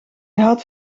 had